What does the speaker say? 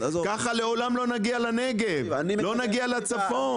ככה לעולם לא נגיע לנגב, לא נגיע לצפון.